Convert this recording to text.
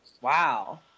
Wow